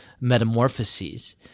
Metamorphoses